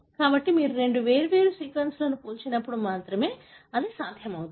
కాబట్టి మీరు రెండు వేర్వేరు సీక్వెన్స్లను పోల్చినప్పుడు మాత్రమే ఇది సాధ్యమవుతుంది